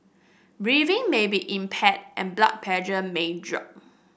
breathing may be impaired and blood pressure may drop